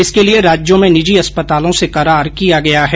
इसके लिये राज्यों में निजी अस्पतालों से करार किया गया है